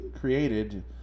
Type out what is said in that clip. created